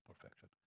perfection